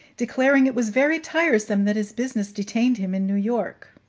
declaring it was very tiresome that his business detained him in new york